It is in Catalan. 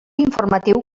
informatiu